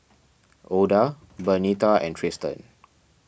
Oda Bernita and Trystan